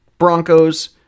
Broncos